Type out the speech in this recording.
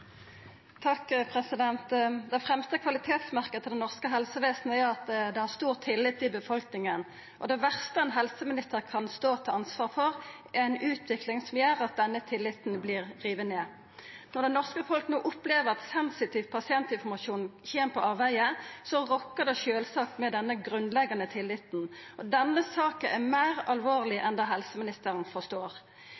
Det fremste kvalitetsmerket til det norske helsevesenet er at det er stor tillit i befolkninga, og det verste ein helseminister kan stå til ansvar for, er ei utvikling som gjer at denne tilliten vert riven ned. Når det norske folket no opplever at sensitiv pasientinformasjon kjem på avvegar, rokkar det sjølvsagt ved denne grunnleggjande tilliten. Denne saka er meir alvorleg